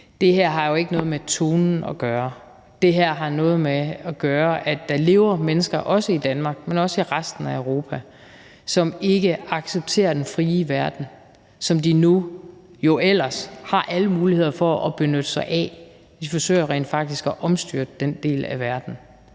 Det her har jo ikke noget med tonen at gøre. Det har noget at gøre med, at der lever mennesker i Danmark, men også i resten af Europa, som ikke accepterer den frie verden, som de jo ellers har alle muligheder for at benytte sig af. De forsøger rent faktisk at omstyrte den del af verden.